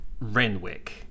Renwick